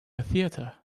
theater